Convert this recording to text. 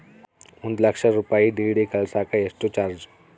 ಒಂದು ಲಕ್ಷ ರೂಪಾಯಿ ಡಿ.ಡಿ ಕಳಸಾಕ ಎಷ್ಟು ಚಾರ್ಜ್?